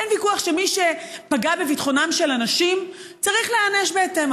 אין ויכוח שמי שפגע בביטחונם של אנשים צריך להיענש בהתאם,